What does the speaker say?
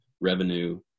revenue